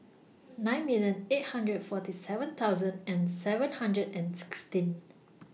nine million eight hundred forty seven thousand and seven hundred and sixteen